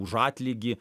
už atlygį